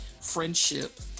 friendship